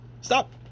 Stop